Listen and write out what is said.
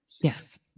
Yes